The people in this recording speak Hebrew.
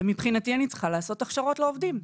ומבחינתי אני צריכה לעשות הכשרות לעובדים.